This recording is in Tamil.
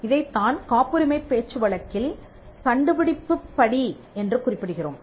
இதைத்தான் காப்புரிமைப் பேச்சுவழக்கில் கண்டுபிடிப்புப் படி என்று குறிப்பிடுகிறோம்